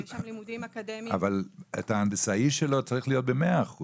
יש שם לימודים אקדמיים --- אבל את ההנדסאי שלו צריך להיות ב-100%.